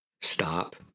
stop